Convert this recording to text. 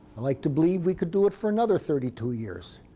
i like to believe we could do it for another thirty two years.